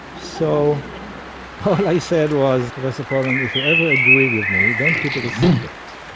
so all i said was, professor pauling, if you ever agree with me, don't keep it a secret.